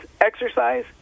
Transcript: exercise